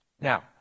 Now